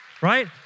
right